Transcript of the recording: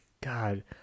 God